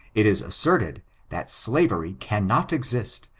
it is asserted that slavery cannot exist,